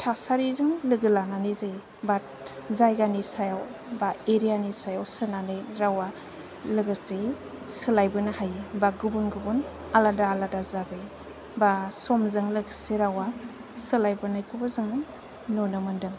थासारिजों लोगो लानानै जायो बाद जायगानि सायाव बा एरिया नि सायाव सोनानै रावा लोगोसेयै सोलायबोनो हायो बा गुबुन गुबुन आलादा आलादा जाबोयो बा समजों लोगोसे रावा सोलायबोनायखौबो जोङो नुनो मोनदों